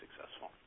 successful